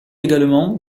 également